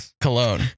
Cologne